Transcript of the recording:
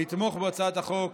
לתמוך בהצעת החוק.